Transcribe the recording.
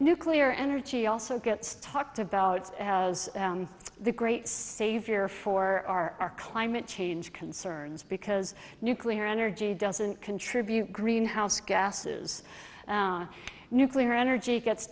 nuclear energy also gets talked about the great savior for our climate change concerns because nuclear energy doesn't contribute greenhouse gases nuclear energy gets